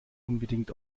unbedingt